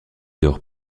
d’or